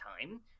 time